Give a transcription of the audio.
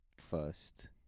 first